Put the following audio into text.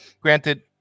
Granted